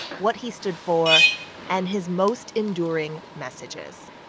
what he stood for and his most enduring messages.